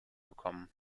bekommen